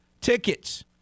tickets